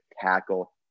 tackle